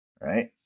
right